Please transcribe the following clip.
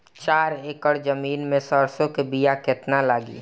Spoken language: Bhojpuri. चार एकड़ जमीन में सरसों के बीया कितना लागी?